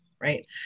right